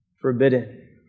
forbidden